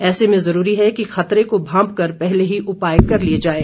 ऐसे में जरूरी है कि खतरे को भापंकर पहले ही उपाय कर लिए जाएं